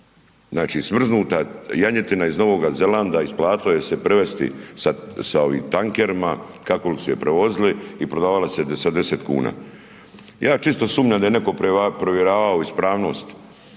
Znači smrznuta janjetina iz Novog Zelanda isplatilo je se prevesti sa ovim tankerima, kako li se prevozili i prodavala se za 10 kuna. Ja čisto sumnjam da je netko provjeravao ispravnost